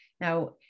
now